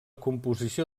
composició